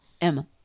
Emma